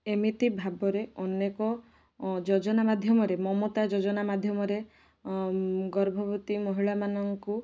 ଏମିତି ଭାବରେ ଅନେକ ଯୋଜନା ମାଧ୍ୟମରେ ମମତା ଯୋଜନା ମାଧ୍ୟମରେ ଗର୍ଭବତୀ ମହିଳାମାନଙ୍କୁ